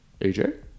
AJ